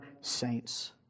saints